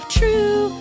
true